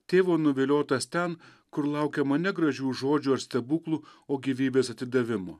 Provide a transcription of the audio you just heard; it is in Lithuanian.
tėvo nuviliotas ten kur laukiama negražių žodžių ar stebuklų o gyvybės atidavimo